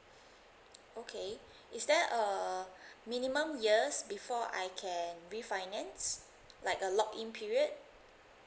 okay is there a minimum years before I can refinance like a lock in period